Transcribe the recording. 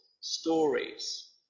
stories